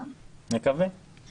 מקווה.